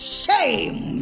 shame